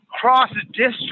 cross-district